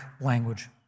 language